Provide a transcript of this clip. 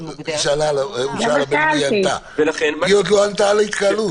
היא עוד לא ענתה על ההתקהלות.